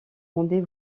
rendez